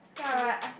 true that